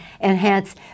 enhance